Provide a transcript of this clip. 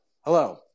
hello